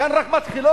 כאן הן רק מתחילות,